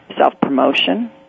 Self-promotion